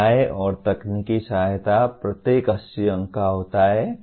सुविधाएं और तकनीकी सहायता प्रत्येक 80 अंक का होता है